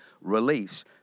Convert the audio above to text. release